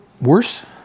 worse